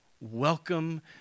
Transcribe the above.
welcome